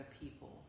people